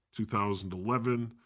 2011